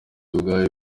ubwabyo